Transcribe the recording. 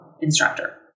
instructor